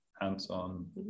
hands-on